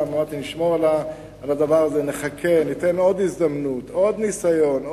אמרתי: נחכה, ניתן עוד הזדמנות, עוד ניסיון.